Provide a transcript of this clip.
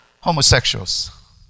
homosexuals